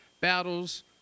battles